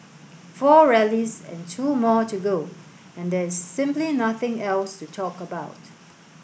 four rallies and two more to go and there is simply nothing else to talk about